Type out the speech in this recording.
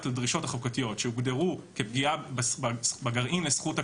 לדרישות החוקתיות שהוגדרו כפגיעה בגרעין לזכות הכבוד,